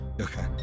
Okay